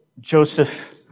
Joseph